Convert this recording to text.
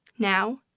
now?